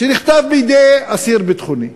שנכתב בידי אסיר ביטחוני,